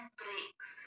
breaks